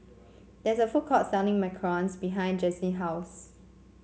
there is a food court selling macarons behind Jaslene's house